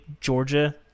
Georgia